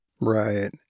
Right